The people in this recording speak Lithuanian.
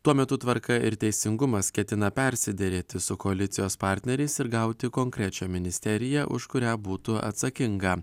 tuo metu tvarka ir teisingumas ketina persiderėti su koalicijos partneriais ir gauti konkrečią ministeriją už kurią būtų atsakinga